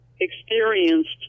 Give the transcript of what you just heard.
experienced